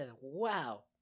Wow